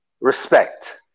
respect